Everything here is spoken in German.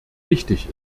wichtig